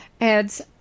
adds